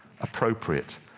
appropriate